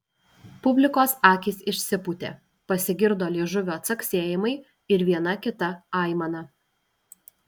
publikos akys išsipūtė pasigirdo liežuvio caksėjimai ir viena kita aimana